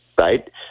right